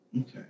okay